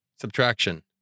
Subtraction